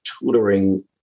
tutoring